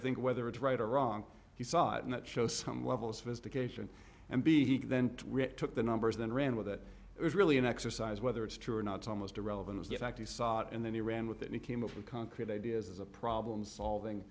think whether it's right or wrong he saw it and it shows some level of sophistication and b he then took the numbers then ran with it it was really an exercise whether it's true or not it's almost irrelevant it's the fact he saw it and then he ran with it and came up with concrete ideas as a problem solving